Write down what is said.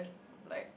like